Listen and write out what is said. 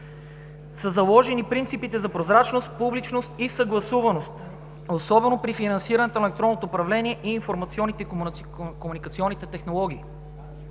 са заложени принципите за прозрачност, публичност и съгласуваност, особено при финансирането на електронното управление и информационните и комуникационните технологии.